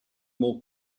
more